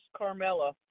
Carmella